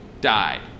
died